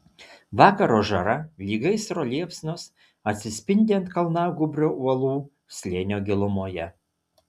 vakaro žara lyg gaisro liepsnos atsispindi ant kalnagūbrio uolų slėnio gilumoje